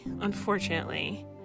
unfortunately